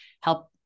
help